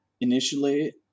initially